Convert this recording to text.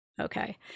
Okay